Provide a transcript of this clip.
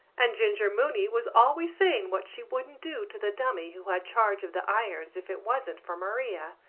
and ginger mooney was always saying what she wouldn't do to the dummy who had charge of the irons if it wasn't for maria.